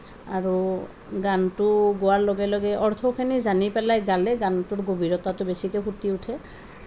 আৰু গানটো গোৱাৰ লগে লগে অৰ্থখিনি জানি পেলাই গালে গানটোৰ গভীৰতাটো বেছিকৈ ফুটি উঠে